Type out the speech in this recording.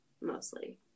Mostly